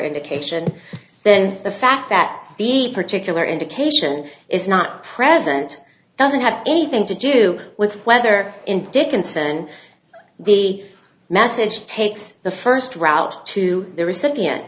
indication then the fact that the particular indication is not present doesn't have anything to do with whether in dickinson the message takes the first route to the recipient